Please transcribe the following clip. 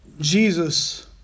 Jesus